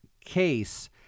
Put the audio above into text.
case